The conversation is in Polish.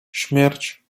śmierć